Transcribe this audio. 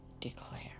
Declare